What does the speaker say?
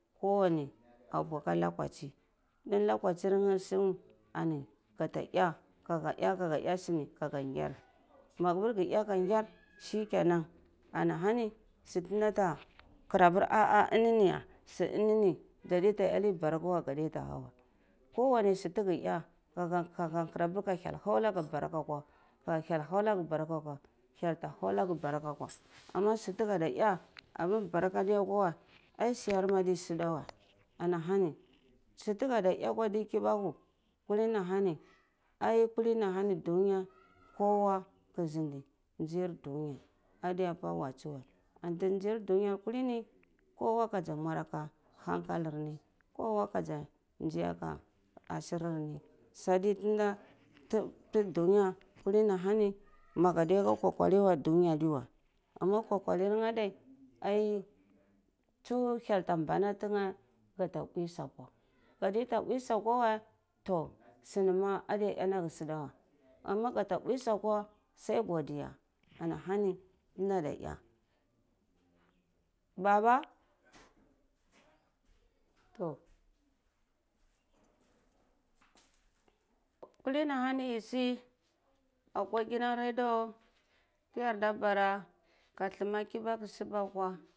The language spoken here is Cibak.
Kowani abu ka lokachi ini lokachi sini ani gata eh ka ga ka ga eh suni ka ngar mapir gi eh ka ngar shikenan ana hani ban suti ndata kara par ah ah inini su inini zadiya ta enai barka wa ga diya ta ha weh kowani su ta ga eh ka gan ka gan kara pir ka hyel hau naga barka. Ka hyel hau naga barka akwa hyel ta hau naga barka akwa ama su taga da eh ama ba ka adiya kwa weh ai siyar ma adi sudaweh ana hani sutu gada e akwa di. kibaku kuli ni a hani ai kuli ni ah hani duniya kowa ka zindi zu dunya adiya pa watsi weh ani nzir duniya kulin ni kowa kaza mwaraba hankal rini kowa kazi si aka aka ashir sa di thi nda thi dunya kulini ar hani magadiya ko kokar weh dunyeh ado weh ama kokorineh adeh ai ai tsu hyel ta mbana tinge gata mbwai sa akwa gadiyate bwi sukwa wei toh suri ma adiya enage suda weh ama gata mbwi sakwa sai gudiya sai godiya ana hani tan da da eh baba toh kuli ni ah hani yi si akwa gidan radio ti yara da bara ka thama kibaku kazi subwa akwa.